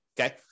okay